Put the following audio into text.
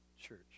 church